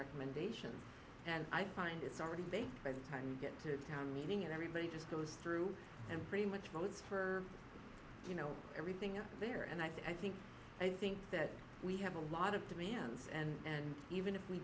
recommendations and i find it's already by the time you get to a town meeting everybody just goes through and pretty much goes for you know everything in there and i think i think that we have a lot of demands and even if we